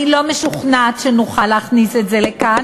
אני לא משוכנעת שנוכל להכניס את זה לכאן,